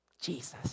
Jesus